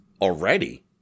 already